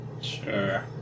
Sure